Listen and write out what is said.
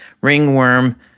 ringworm